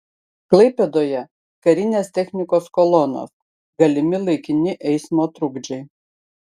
klaipėdoje karinės technikos kolonos galimi laikini eismo trukdžiai